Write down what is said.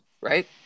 Right